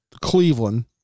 Cleveland